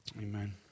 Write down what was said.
Amen